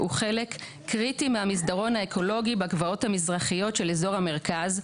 הוא חלק קריטי מהמסדרון האקולוגי בגבעות המזרחיות של אזור המרכז,